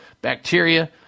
bacteria